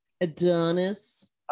Adonis